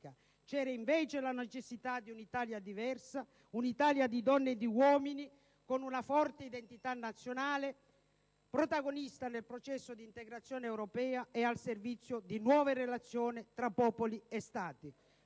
c'era invece la necessità di un'Italia diversa, un'Italia di donne e di uomini con una forte identità nazionale, protagonisti nel processo di integrazione europea e al servizio di nuove relazioni tra popoli e Stati.